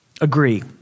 agree